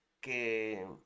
que